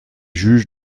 juges